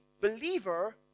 believer